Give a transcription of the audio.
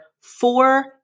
four